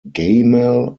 gamal